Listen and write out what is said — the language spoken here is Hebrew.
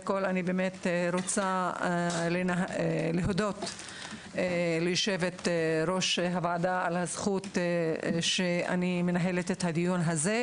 אני רוצה להודות ליושבת-ראש הוועדה על הזכות לנהל את הדיון הזה,